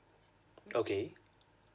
okay